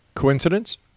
coincidence